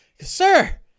Sir